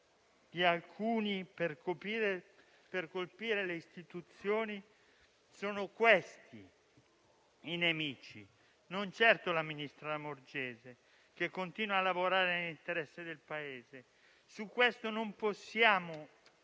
di alcuni per colpire le istituzioni; sono costoro i nemici, non certo la ministra Lamorgese, che continua a lavorare nell'interesse del Paese. Su questo non possono esserci